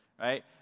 Right